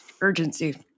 urgency